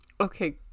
Okay